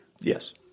Yes